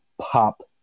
pop